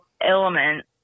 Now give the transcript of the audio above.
element